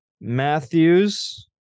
Matthews